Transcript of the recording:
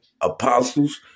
apostles